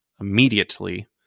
immediately